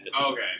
Okay